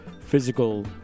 physical